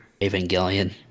evangelion